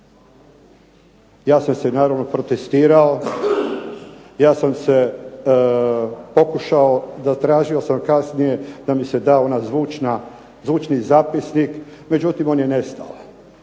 Ja sam se naravno protestirao, ja sam se pokušao, zatražio sam kasnije da mi se da ona zvučna, zvučni zapisnik, međutim on je nestao,